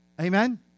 Amen